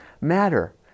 matter